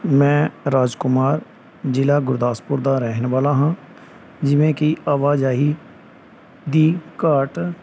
ਮੈਂ ਰਾਜ ਕੁਮਾਰ ਜਿਲਾ ਗੁਰਦਾਸਪੁਰ ਦਾ ਰਹਿਣ ਵਾਲਾ ਹਾਂ ਜਿਵੇਂ ਕੀ ਆਵਾਜਾਈ ਦੀ ਘਾਟ